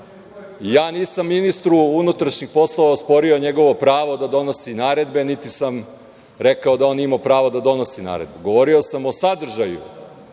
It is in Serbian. Ja nisam ministru unutrašnjih poslova osporio njegovo pravo da donosi naredbe, niti sam rekao da on ima pravo da donosi naredbu. Govorio sam o sadržaju